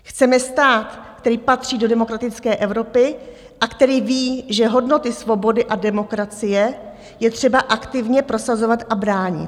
Chceme stát, který patří do demokratické Evropy a který ví, že hodnoty svobody a demokracie je třeba aktivně prosazovat a bránit.